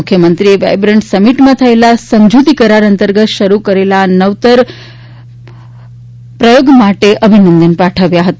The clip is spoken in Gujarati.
મુખ્યમંત્રીએ વાયબ્રન્ટ સમિટમાં થયેલા સમજુતી કરાર અંતર્ગત શરૂ કરેલા આ નવતર સાફસ માટે અભિનંદન પાઠવ્યા હતા